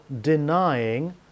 denying